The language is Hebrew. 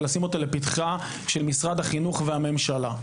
ולשים אותה לפתחם של משרד החינוך והממשלה.